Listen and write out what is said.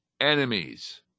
enemies